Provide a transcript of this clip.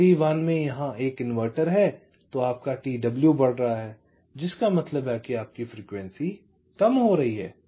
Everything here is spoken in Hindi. तो C1 में यहाँ एक इन्वर्टर है तो आपका t w बढ़ रहा है जिसका मतलब है कि आपकी फ्रीक्वेंसी कम हो रही है